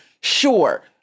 Sure